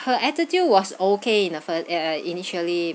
her attitude was okay in the first eh uh initially